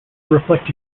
reflect